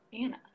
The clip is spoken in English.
anna